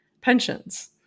pensions